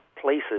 places